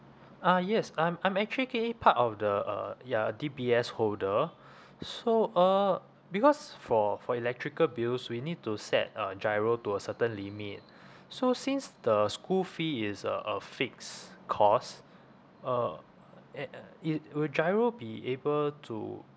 ah yes I'm I'm actually currently part of the uh ya D_B_S holder so uh because for for electrical bills we need to set uh GIRO to a certain limit so since the school fee is a a fixed cost uh a~ it will GIRO be able to